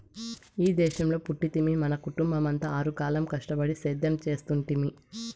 ఈ దేశంలో పుట్టితిమి మన కుటుంబమంతా ఆరుగాలం కష్టపడి సేద్యం చేస్తుంటిమి